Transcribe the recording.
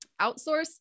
outsource